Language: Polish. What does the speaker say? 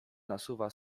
nasuwa